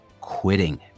quitting